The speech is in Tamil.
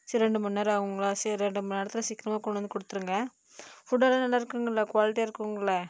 சேரி ரெண்டு மணிநேரோம் ஆகுங்களா சேரி ரெண்டு மணிநேரத்துல சீக்கிரமாக கொண்டு வந்து கொடுத்துருங்க ஃபுட் எல்லா நல்லா இருக்குங்கள்லை குவாலிட்டியாக இருக்குங்கள்லை